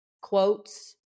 quotes